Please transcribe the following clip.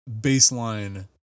baseline